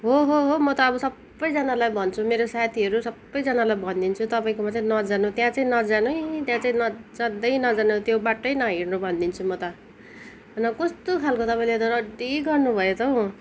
हो हो हो म त अब सबैजनालाई भन्छु मेरो साथीहरू सबैजनालाई भनिदिन्छु तपाईँकोमा चाहिँ नजानु त्यहाँ चाहिँ नजानु है त्यहाँ चाहिँ जाँदै नजानु त्यो बाटो नै नहिँड्नु भनिदिन्छु म त हन कस्तो खालको तपाईँले त रड्डी गर्नुभयो त हौ